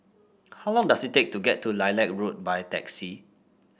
how long does it take to get to Lilac Road by taxi